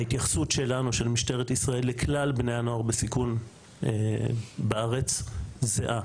ההתייחסות שלנו של משטרת ישראל לכלל בני הנוער בסיכון בארץ זהה,